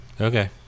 Okay